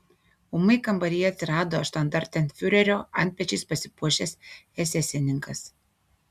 ūmai kambaryje atsirado štandartenfiurerio antpečiais pasipuošęs esesininkas